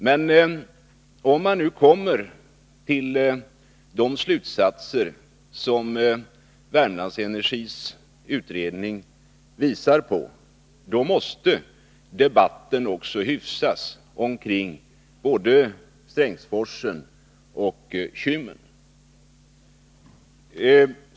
Kommer man fram till samma slutsatser som Värmlandsenergis utredning visar, måste debatten också hyfsas, kring både Strängsforsen och Kymmen.